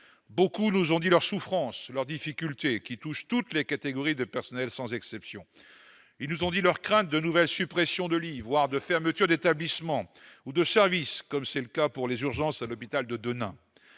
Beaucoup nous ont dit leur souffrance, leurs difficultés, qui touchent toutes les catégories de personnels, sans exception. Ils nous ont dit leurs craintes de nouvelles suppressions de lits, voire fermetures d'établissement ou de service, comme c'est le cas pour les urgences de l'hôpital de Denain.